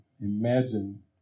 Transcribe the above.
imagine